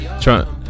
trying